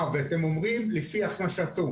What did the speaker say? ואתם אומרים: לפי הכנסתו.